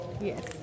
Yes